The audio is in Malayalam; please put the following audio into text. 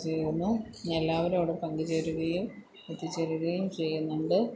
ചേരുന്നു എല്ലാവരും അവിടെ പങ്ക് ചേരുകയും എത്തി ചേരുകയും ചെയ്യുന്നുണ്ട്